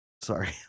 Sorry